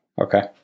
Okay